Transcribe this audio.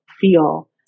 feel